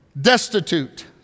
destitute